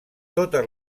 totes